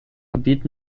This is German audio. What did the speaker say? gebiet